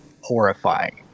horrifying